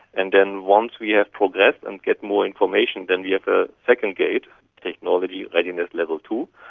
and then once we have progressed and get more information, then we have a second gate technology, readiness level two.